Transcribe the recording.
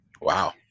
Wow